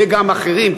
וגם אחרים,